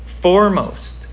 foremost